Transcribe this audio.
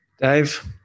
Dave